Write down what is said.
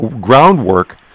groundwork